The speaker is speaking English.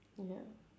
ya